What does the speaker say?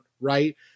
Right